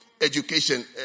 education